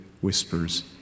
whispers